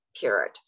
period